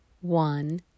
one